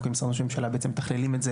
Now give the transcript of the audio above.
אנחנו כמשרד ראש הממשלה מתכללים את זה